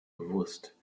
bewusst